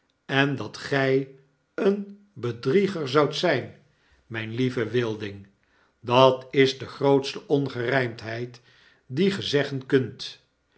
en dat gg een bedrieger zoudt zjjn mijn lieve wilding dat is de grootste ongerijmdheid die ge zeggen kunt